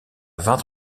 vingt